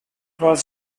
was